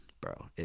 bro